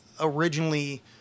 originally